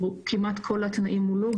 כמעט כל התנאים מולאו.